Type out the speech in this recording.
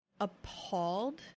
appalled